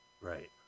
Right